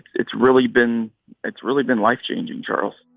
it's really been it's really been life changing, charles